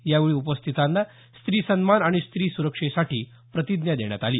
यावेळी उपस्थितांना स्त्री सन्मान आणि स्त्री स्रक्षेसाठी प्रतिज्ञा देण्यात आली